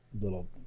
little